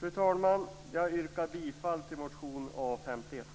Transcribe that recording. Fru talman! Jag yrkar bifall till motion A51.